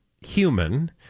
human